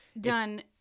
Done